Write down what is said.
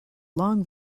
long